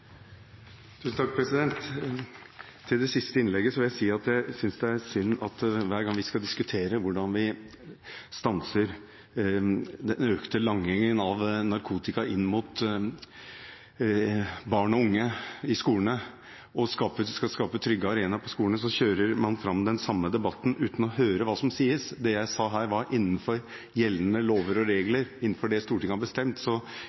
det siste innlegget vil jeg si at jeg synes det er synd at hver gang vi skal diskutere hvordan vi stanser den økte langingen av narkotika inn mot barn og unge i skolene og skal skape trygge arenaer på skolene, så kjører man fram den samme debatten uten å høre på hva som sies. Det jeg sa, var at innenfor gjeldende lover og regler og innenfor det Stortinget har bestemt, så